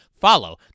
Follow